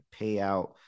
payout